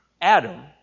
Adam